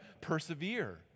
persevere